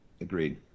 agreed